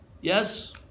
yes